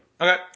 Okay